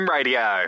Radio